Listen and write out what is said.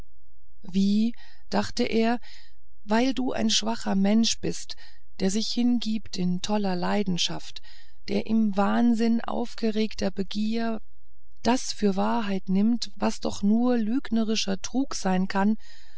wie dachte er weil du ein schwacher mensch bist der sich hingibt in toller leidenschaft der im wahnsinn aufgeregter begier das für wahrheit nimmt was doch nur lügnerischer trug sein kann